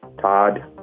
Todd